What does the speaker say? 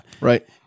Right